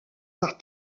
par